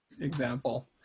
example